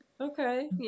Okay